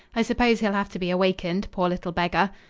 i suppose he'll have to be awakened, poor little beggar.